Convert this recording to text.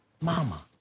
Mama